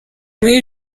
muri